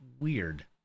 weird